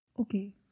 Okay